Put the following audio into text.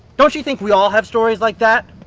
don't you think we all have stories like that!